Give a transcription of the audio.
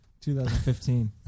2015